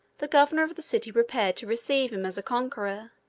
the governor of the city prepared to receive him as a conqueror.